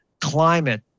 climate